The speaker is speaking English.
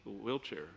wheelchair